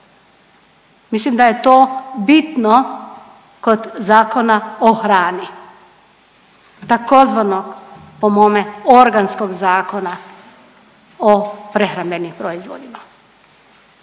mislim da je to bitno kod Zakona o hrani tzv. po mome organskog Zakona o prehrambenim proizvodima.